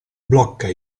blocca